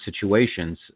situations